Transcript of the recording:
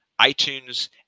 iTunes